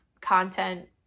content